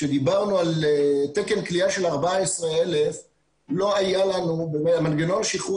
כשדיברנו על תקן כליאה של 14,000 מנגנון השחרור